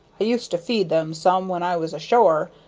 i used to feed them some when i was ashore.